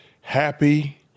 happy